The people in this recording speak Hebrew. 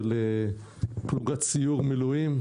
אנחנו רואים את המספרים פה לפנינו ואני אגיד,